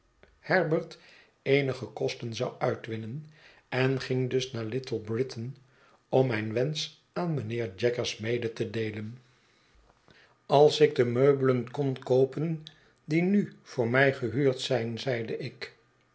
eenige kosten zou uitwinnen en ging dus naar little britain om mijn wensch aan mijnheer jaggers mede te deelen als ik de meubelen kon koopen die nu voor mij gehuurd zijn zeide ik